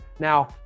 now